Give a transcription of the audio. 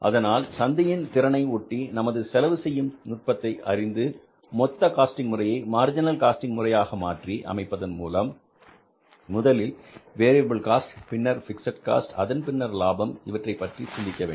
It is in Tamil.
அதனால் சந்தையின் திறனை ஒட்டி நமது செலவு செய்யும் நுட்பத்தை அறிந்து மொத்த காஸ்டிங் முறையை மார்ஜினல் காஸ்டிங் முறையாக மாற்றி அமைப்பதன் மூலம் முதலில் வேரியபில் காஸ்ட் பின்னர் பிக்ஸட் காஸ்ட் அதன்பின்னர் லாபம் இவற்றைப் பற்றி சிந்திக்க வேண்டும்